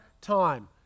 time